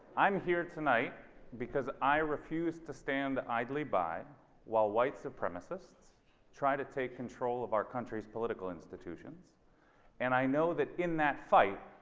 i am here tonight because i refuse to stand idly by while white supremacists try to take control of our country's political institutions and i know that in that fight,